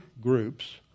groups